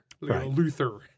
Luther